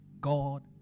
God